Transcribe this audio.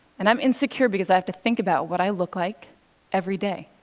and i'm insecure because i have to think about what i look like every day.